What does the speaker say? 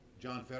John